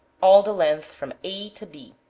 all the length from a to b,